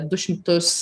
du šimtus